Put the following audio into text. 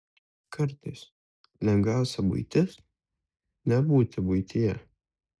kartais lengviausia buitis nebūti buityje